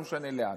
לא משנה לאן.